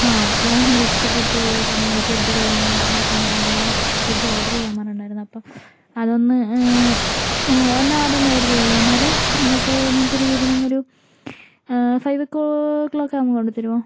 ആ അവർക്ക് ഭയങ്കര ഇഷ്ടപ്പെട്ടു അപ്പം നിങ്ങളുടെ ഫുഡ്ഡ് കാര്യങ്ങൾ ഒക്കെ അപ്പം അവര് വിളിച്ചു ഓർഡർ ചെയ്യാൻ പറഞ്ഞിട്ട് ഇണ്ടായിരുന്നു അപ്പം അത് ഒന്ന് ഓ എന്നാ അത് ഒന്ന് ഓർഡർ ചെയ്യോ എന്നാല് എന്നിട്ട് ഞങ്ങക്ക് ഒര് ഈവനിംഗ് ഒരു ഫൈവ് ഓ ക്ലോക്കിൽ ഒക്കെ അങ്ങ് കൊണ്ടുതരുവോ